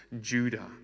Judah